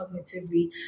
cognitively